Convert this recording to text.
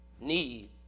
need